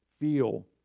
feel